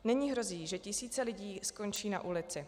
Nyní hrozí, že tisíce lidí skončí na ulici.